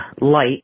light